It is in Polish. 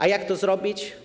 A jak to zrobić?